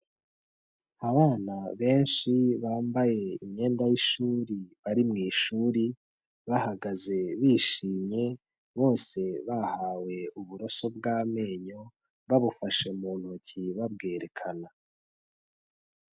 Abana benshi bambaye imyenda y'ishuri bari mu ishuri bahagaze bishimye, bose bahawe uburoso bw'amenyo babufashe mu ntoki babwerekana.